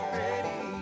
ready